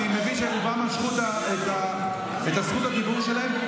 אני מבין שרובם משכו את זכות הדיבור שלהם.